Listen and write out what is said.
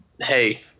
hey